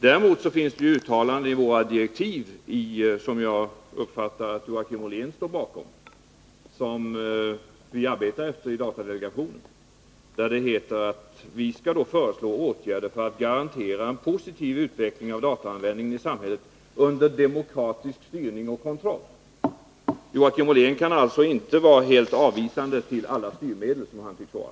Däremot är det uttalat i de direktiv som vi arbetar efter i datadelegationen och som jag uppfattar att Joakim Ollén står bakom, att vi skall föreslå åtgärder för att ”garantera en positiv utveckling av datoranvändningen i samhället under demokratisk styrning och kontroll”. Joakim Ollén kan alltså inte ställa sig helt avvisande till alla styrmedel, vilket han tycks göra.